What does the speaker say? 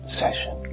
session